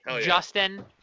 Justin